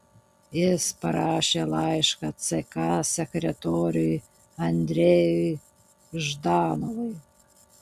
jis parašė laišką ck sekretoriui andrejui ždanovui